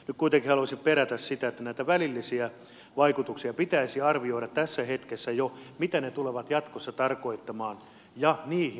joku teki halusi muuta kantaansa että näitä välillisiä vaikutuksia pitäisi arvioida tässä hetkessä jo mitä ne tulevat jatkossa tarkoittamaan ja varautua niihin